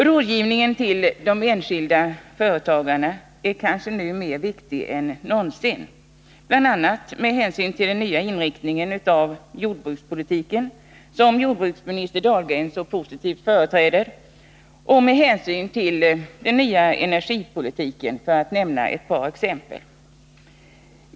Rådgivningen till de enskilda företagarna är nu kanske viktigare än någonsin tidigare, bl.a. med hänsyn till den nya inriktningen av jordbrukspolitiken som jordbruksminister Dahlgren så positivt företräder och på grund av den nya energipolitiken, för att nämna ett par exempel.